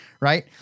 right